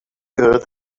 earth